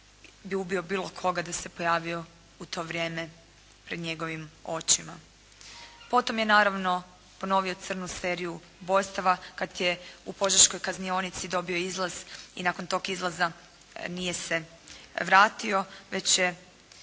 bi ubio bilo koga da se pojavio u to vrijeme pred njegovim očima. Potom je naravno ponovio crnu seriju ubojstava kad je u požeškoj kaznionici dobio izlaz i nakon tog izlaza nije se vratio već je